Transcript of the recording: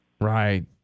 Right